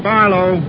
Barlow